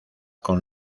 con